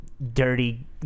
Dirty